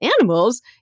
animals